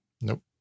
Nope